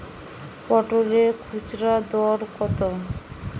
পটলের খুচরা দর কত?